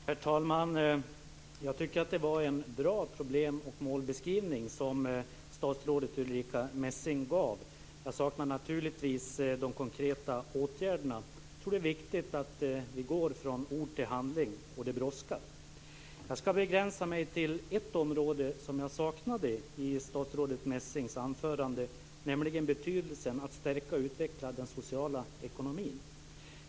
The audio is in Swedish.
Herr talman! Jag tycker att det var en bra problem och målbeskrivning som statsrådet Ulrica Messing gav. Men jag saknar naturligtvis de konkreta åtgärderna. Jag tror att det är viktigt att vi går från ord till handling, och det brådskar. Jag ska begränsa mig till ett område som jag saknade i statsrådet Messings anförande, nämligen betydelsen av att stärka och utveckla den sociala ekonomin.